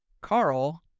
carl